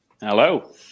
Hello